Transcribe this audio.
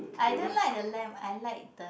I don't like the lamb I like the